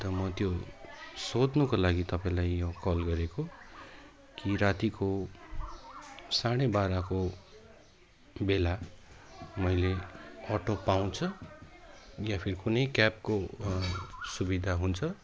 अन्त म त्यो सोध्नुको लागि तपाईँलाई यो कल गरेको कि रातिको साढे बाह्रको बेला मैले अटो पाउँछ वा फेरि कुनै क्याबको सुविधा हुन्छ